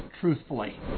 Truthfully